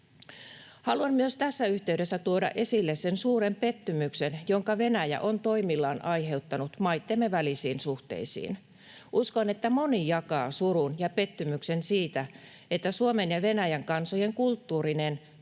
Haluan tässä yhteydessä myös tuoda esille sen suuren pettymyksen, jonka Venäjä on toimillaan aiheuttanut maittemme välisiin suhteisiin. Uskon, että moni jakaa surun ja pettymyksen siitä, että Suomen ja Venäjän kansojen kulttuurinen,